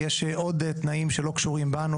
יש עוד תנאים שלא קשורים בנו.